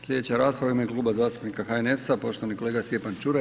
Sljedeća rasprava u ime Kluba zastupnika HNS-a, poštovani kolega Stjepan Čuraj.